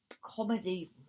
comedy